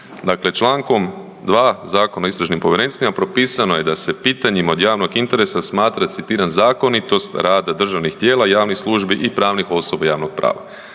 Dakle čl. 2. Zakona o istražnim povjerenstvima propisano je da se pitanjima od javnog interesa smatra, citiram, zakonitost rada državnih tijela, javnih službi i pravnih osoba javnog prava.